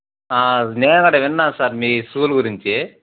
నేను కూడా విన్నాను సార్ మీ స్కూలు గురించి